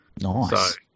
Nice